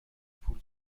پول